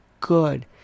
Good